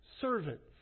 Servants